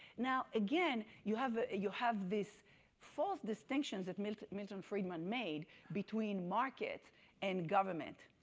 now, again, you have you have these false distinctions that milton milton friedman made between market and government.